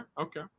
Okay